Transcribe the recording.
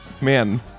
Man